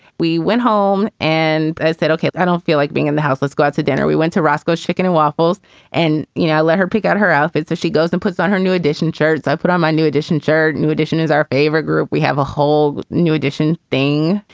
we went home and said, ok. i don't feel like being in the house. let's go out to dinner. we went to roscoe's chicken and waffles and, you know, let her pick out her outfit. so she goes and puts on her new edition shirts. i put on my new edition shirt. new edition is our favorite group. we have a whole new edition thing.